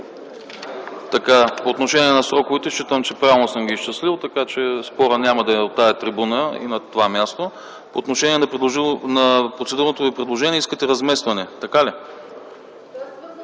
По отношение на сроковете считам, че правилно съм ги изчислил, така че спорът няма да е от тази трибуна и на това място. По отношение на процедурното Ви предложение, искате разместване, така ли?